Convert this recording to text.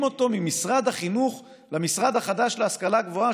אותו ממשרד החינוך למשרד החדש להשכלה גבוהה,